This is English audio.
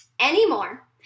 anymore